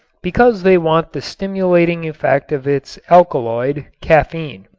because they want the stimulating effect of its alkaloid, caffein.